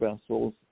vessels